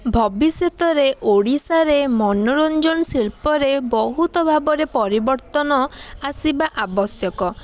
ଭବିଷ୍ୟତରେ ଓଡ଼ିଶାରେ ମନୋରଞ୍ଜନ ଶିଳ୍ପରେ ବହୁତ ଭାବରେ ପରିବର୍ତ୍ତନ ଆସିବା ଆବଶ୍ୟକ